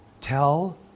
Tell